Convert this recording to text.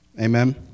Amen